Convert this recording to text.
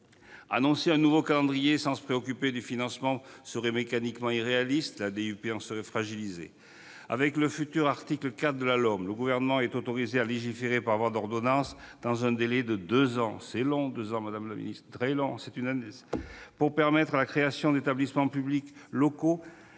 Annoncer un nouveau calendrier sans se préoccuper des financements serait mécaniquement irréaliste. La DUP en serait fragilisée. Avec le futur article 4 de la LOM, le Gouvernement est autorisé à légiférer par voie d'ordonnance dans un délai de deux ans- c'est très long ! -pour permettre la création d'établissements publics locaux